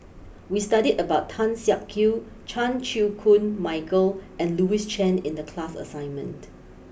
we studied about Tan Siak Kew Chan Chew Koon Michael and Louis Chen in the class assignment